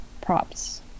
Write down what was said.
props